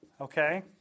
Okay